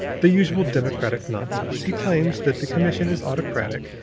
the usual democratic nonsense. he claims that the commission is autocratic,